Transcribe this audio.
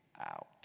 out